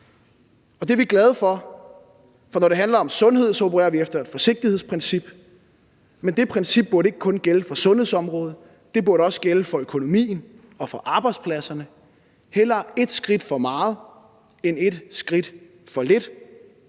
og det er vi glade for. For når det handler om sundhed, opererer vi efter et forsigtighedsprincip, men det princip burde ikke kun gælde for sundhedsområdet, det burde også gælde for økonomien og for arbejdspladserne. Hellere et skridt for meget end et skridt for lidt,